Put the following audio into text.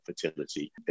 fertility